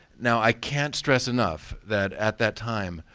now, i can't stress enough that at that time,